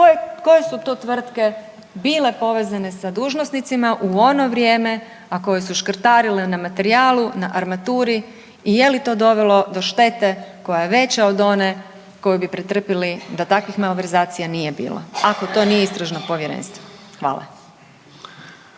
koje su to tvrtke bile povezane sa dužnosnicima u ono vrijeme, a koje su škrtarile na materijalu, na armaturi i je li to dovelo do štete koja je veća od one koju bi pretrpjeli da takvih malverzacija nije bilo ako to nije Istražno povjerenstvo? Hvala.